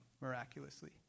miraculously